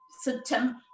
September